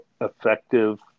effective